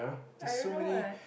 I don't know what